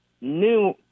new